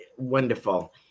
Wonderful